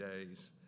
days